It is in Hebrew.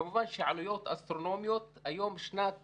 כמובן שהעלויות הן אסטרונומיות; שנת